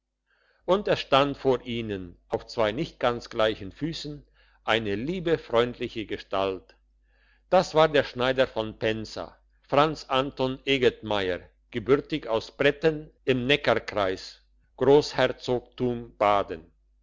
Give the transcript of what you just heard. und es stand vor ihnen auf zwei nicht ganz gleichen füssen eine liebe freundliche gestalt das war der schneider von pensa franz anton egetmeier gebürtig aus bretten im neckarkreis grossherzogtum baden